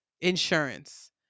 insurance